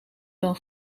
dan